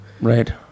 Right